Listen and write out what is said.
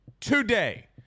today